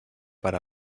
per